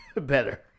better